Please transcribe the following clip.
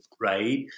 right